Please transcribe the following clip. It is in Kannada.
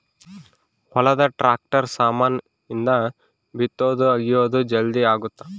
ಹೊಲದ ಟ್ರಾಕ್ಟರ್ ಸಾಮಾನ್ ಇಂದ ಬಿತ್ತೊದು ಅಗಿಯೋದು ಜಲ್ದೀ ಅಗುತ್ತ